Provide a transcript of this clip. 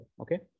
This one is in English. okay